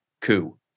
Coup